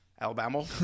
Alabama